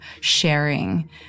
sharing